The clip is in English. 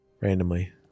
randomly